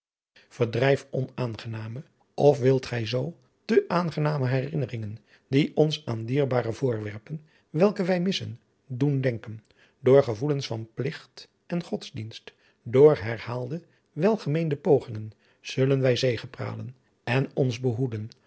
verdrijf onaangename of wilt gij zoo te aangename herinneringen die ons aan dierbare voorwerpen welke wij missen doen denken door gevoelens van pligt en godsdienst door herbaalde welgemeende pogingen zullen wij zegepralen en ons behoeden